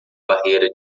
barreira